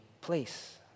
place